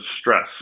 stress